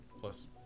Plus